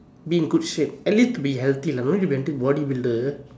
be in good shape at least to be healthy lah don't need to be until a body builder